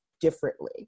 differently